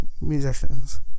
musicians